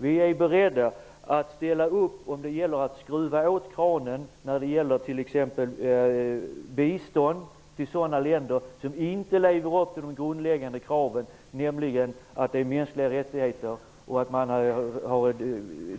Vi är beredda att ställa upp när det gäller att skruva åt kranen i fråga om bistånd till sådana länder som inte lever upp till de grundläggande kraven, nämligen mänskliga rättigheter,